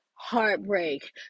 heartbreak